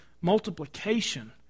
multiplication